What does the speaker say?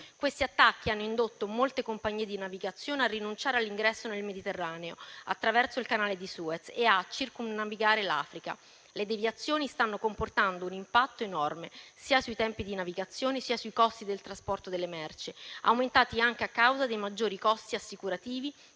Questi attacchi hanno indotto molte compagnie di navigazione a rinunciare all'ingresso nel Mediterraneo, attraverso il canale di Suez, e a circumnavigare l'Africa; le deviazioni stanno comportando un impatto enorme sia sui tempi di navigazione, sia sui costi del trasporto delle merci, aumentati anche a causa dei maggiori costi assicurativi